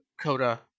Coda